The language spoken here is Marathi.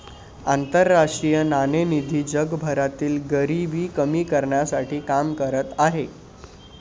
आंतरराष्ट्रीय नाणेनिधी जगभरातील गरिबी कमी करण्यासाठी काम करत आहे